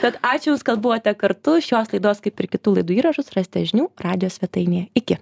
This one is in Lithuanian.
tad ačiū jūs kad buvote kartu šios laidos kaip ir kitų laidų įrašus rasite žinių radijo svetainėje iki